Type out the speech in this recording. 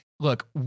look